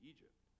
Egypt